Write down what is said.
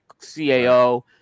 CAO